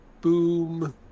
Boom